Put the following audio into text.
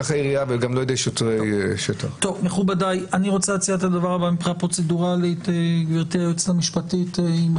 אני מבין מהיועצת המשפטית שזה